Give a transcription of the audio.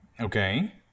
Okay